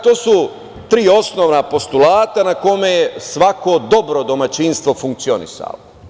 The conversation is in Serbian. To su tri osnovna postulata na kome je svako dobro dobro domaćinstvo funkcionisalo.